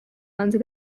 under